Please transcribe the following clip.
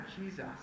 Jesus